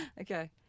Okay